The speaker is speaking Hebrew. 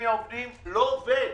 מי העובדים לא עובד.